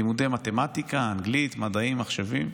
לימודי מתמטיקה, אנגלית, מדעים, מחשבים,